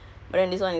ya